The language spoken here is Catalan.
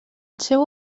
seu